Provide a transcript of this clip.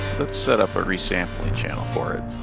let's set up a re-sampling channel for it.